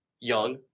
young